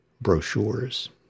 brochures